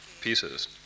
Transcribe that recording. pieces